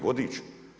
Vodič.